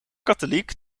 katholiek